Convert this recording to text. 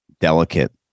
delicate